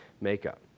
makeup